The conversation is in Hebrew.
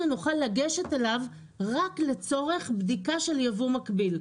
נוכל לגשת אליו רק לצורך בדיקה של ייבוא מקביל.